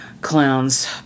clowns